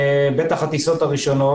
בטח בטיסות הראשונות,